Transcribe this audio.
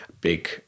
big